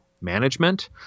management